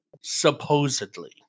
supposedly